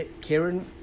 Karen